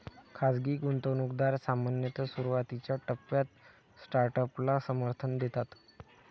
खाजगी गुंतवणूकदार सामान्यतः सुरुवातीच्या टप्प्यात स्टार्टअपला समर्थन देतात